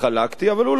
אבל הוא לא עשה כך,